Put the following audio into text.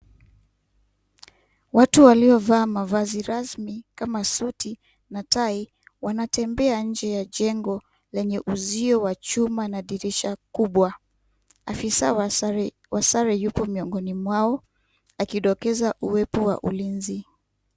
Watu waliovalia mavazi rasmi kama suti na tai wanatembea nje ya jengo lenye uzio wa chuma na madirisha kubwa, afisa wa sare yupo miongoni mwao akidokeza uwepo wa ulinzi.